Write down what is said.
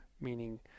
meaning